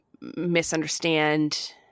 misunderstand